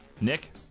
Nick